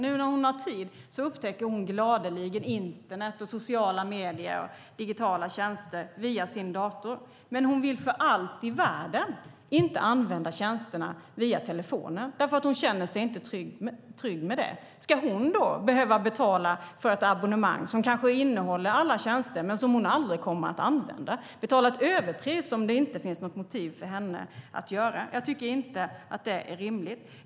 Nu när hon har tid upptäcker hon gladeligen internet, sociala medier och digitala tjänster via sin dator. Men hon vill för allt i världen inte använda tjänsterna via telefonen, för hon känner sig inte trygg med det. Ska hon då behöva betala för ett abonnemang som kanske innehåller alla tjänster men som hon aldrig kommer att använda, betala ett överpris som det inte finns något motiv för henne att göra? Jag tycker inte att det är rimligt.